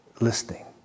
listening